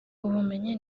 ubumenyi